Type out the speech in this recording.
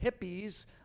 hippies